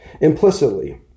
implicitly